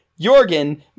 Jorgen